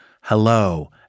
hello